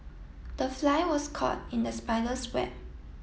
the fly was caught in the spider's web